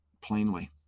plainly